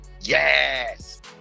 Yes